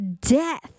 death